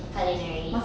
culinary